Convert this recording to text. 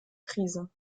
krise